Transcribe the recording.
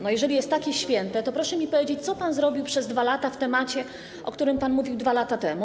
No jeżeli jest takie święte, to proszę mi powiedzieć, co pan zrobił przez 2 lata w temacie, o którym pan mówił 2 lata temu.